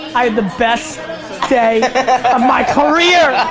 i had the best day of my career.